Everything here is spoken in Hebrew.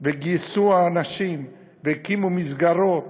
גייסו אנשים, הקימו מסגרות